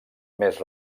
més